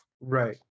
Right